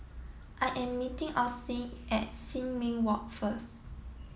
I am meeting Austyn at Sin Ming Walk first